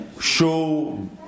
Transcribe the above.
show